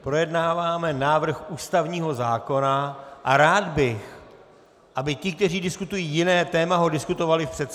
Projednáváme návrh ústavního zákona a rád bych, aby ti, kteří diskutují jiné téma, ho diskutovali v předsálí.